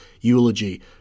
eulogy